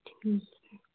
ठीक है